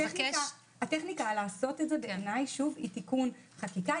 -- הטכניקה לעשות את זה היא תיקון חקיקה.